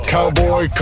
Cowboy